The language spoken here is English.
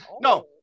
no